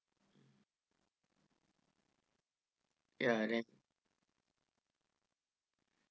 ya then